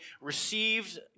received